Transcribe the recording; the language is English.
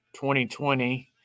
2020